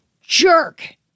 jerk